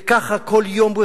וככה כל יום,